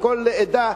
לכל עדה,